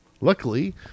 Luckily